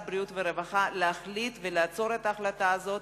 הבריאות והרווחה להחליט לעצור את ההחלטה הזאת,